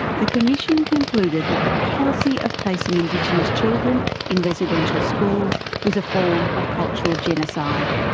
the commission concluded that the policy of placing indigenous children in residential schools was a form of cultural genocide.